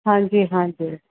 ਹਾਂਜੀ ਹਾਂਜੀ